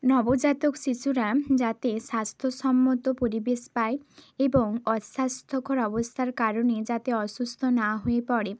নবজাতক শিশুরা যাতে স্বাস্থ্যসম্মত পরিবেশ পায় এবং অস্বাস্থ্যকর কারণে যাতে অসুস্থ না হয়ে পড়ে